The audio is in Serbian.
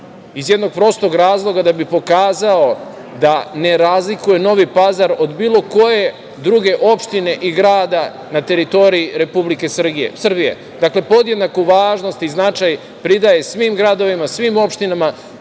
iz jednog prostog razloga da bi pokazao da ne razlikuje Novi Pazar od bilo koje druge opštine i grada na teritoriji Republike Srbije. Dakle, podjednaku važnost i značaj pridaje svim gradovima, svim opštinama,